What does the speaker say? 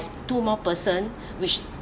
two more person which